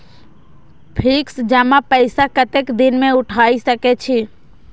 Fix जमा पैसा कतेक दिन में उठाई सके छी?